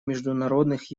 международных